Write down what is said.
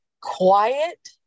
quiet